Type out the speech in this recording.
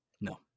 No